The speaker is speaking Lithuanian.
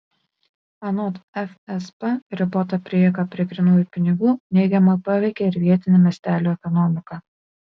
anot fsb ribota prieiga prie grynųjų pinigų neigiamai paveikia ir vietinę miestelių ekonomiką